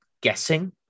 guessing